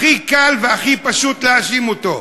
הכי קל והכי פשוט להאשים אותו,